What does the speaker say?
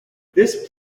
this